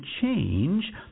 change